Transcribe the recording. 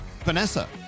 Vanessa